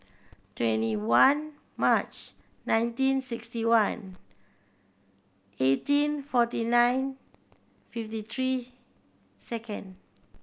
twenty one March nineteen sixty one eighteen forty nine fifty three second